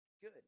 good